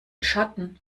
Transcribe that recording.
schatten